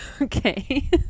Okay